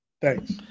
Thanks